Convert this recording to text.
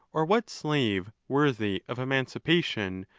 or what slave worthy of emancipation,